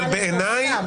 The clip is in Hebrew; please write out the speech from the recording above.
אבל בעיני,